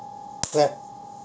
clap